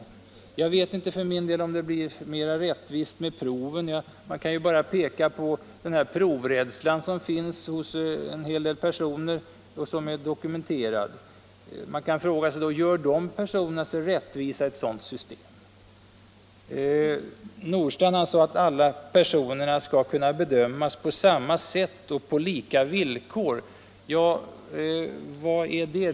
Men jag vet inte om det blir mera rättvist med prov. Man kan ju bara tänka på den provrädsla som finns hos många människor och som är dokumenterad, och man kan fråga om de människorna gör sig själva rättvisa i ett sådant system. Herr Nordstrandh sade att alla bör kunna bedömas på samma sätt och på lika villkor, men vad är det?